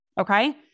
Okay